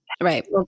right